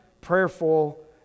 prayerful